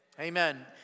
Amen